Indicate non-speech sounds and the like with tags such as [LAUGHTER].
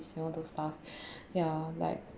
all those stuff [BREATH] ya like